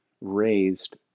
raised